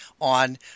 on